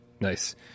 Nice